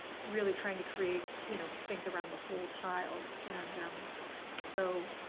really trying to create you know things around the whole child. and so